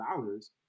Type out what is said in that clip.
dollars